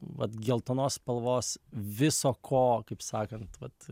vat geltonos spalvos viso ko kaip sakant vat